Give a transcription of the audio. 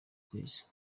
kwezi